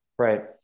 Right